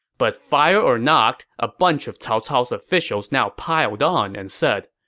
but fire or not, a bunch of cao cao's officials now piled on and said,